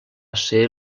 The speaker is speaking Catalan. ser